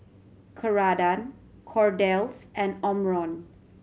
Ceradan Kordel's and Omron